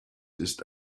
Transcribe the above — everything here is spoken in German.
ist